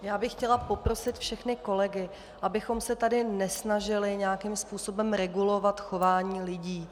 Já bych chtěla poprosit všechny kolegy, abychom se tady nesnažili nějakým způsobem regulovat chování lidí.